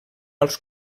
als